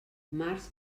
març